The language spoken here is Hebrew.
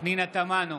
פנינה תמנו,